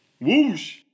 whoosh